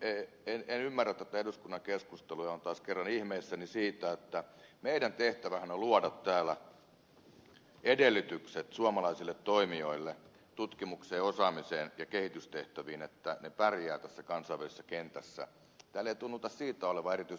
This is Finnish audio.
en ymmärrä tätä eduskunnan keskustelua ja olen taas kerran ihmeissäni siitä että kun meidän tehtävänämmehän on luoda täällä edellytykset suomalaisille toimijoille tutkimukseen osaamiseen ja kehitystehtäviin että ne pärjäävät tässä kansainvälisessä kentässä niin täällä ei tunnu siitä oltavan erityisen huolissaan laisinkaan